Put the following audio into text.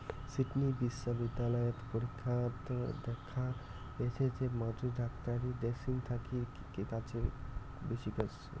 Sydney বিশ্ববিদ্যালয়ত পরীক্ষাত দ্যাখ্যা গেইচে যে মধু ডাক্তারী ড্রেসিং থাকি বেশি কাজের